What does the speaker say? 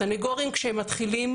סניגורים, כשהם מתחילים